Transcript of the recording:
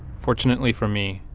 fortunately for me,